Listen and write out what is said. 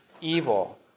evil